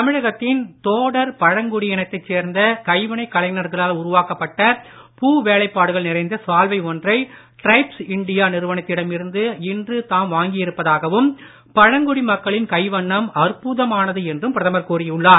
தமிழகத்தின் தோடர் பழங்குடியினத்தைச் சேர்ந்த கைவினைக் கலைஞர்களால் உருவாக்கப்பட்ட பூ வேலைபாடுகள் நிறைந்த சால்வை ஒன்றை டிரைப்ஸ் இண்டியா நிறுவனத்திடம் இருந்து இன்று தாம் வாங்கியிருப்பதாகவும் பழங்குடி மக்களின் கைவண்ணம் அற்புதமானது என்றும் பிரதமர் கூறியுள்ளார்